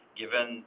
given